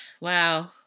Wow